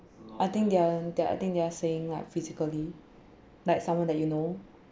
I think they are they are I think they are saying like physically like someone that you know